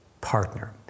partner